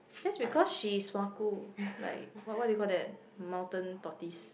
that because she is sua ku like what what do you call that mountain tortoise